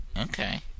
Okay